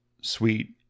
sweet